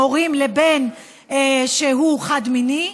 הם הורים לבן שהוא חד-מיני,